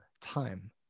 time